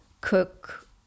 cook